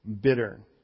bitter